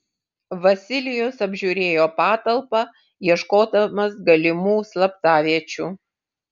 vasilijus apžiūrėjo patalpą ieškodamas galimų slaptaviečių